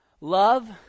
Love